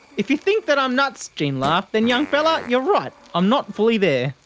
if you think that i'm nuts jean laughed and young fella, you're right. i'm not fully there.